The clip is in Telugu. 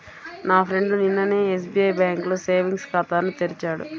నా ఫ్రెండు నిన్ననే ఎస్బిఐ బ్యేంకులో సేవింగ్స్ ఖాతాను తెరిచాడు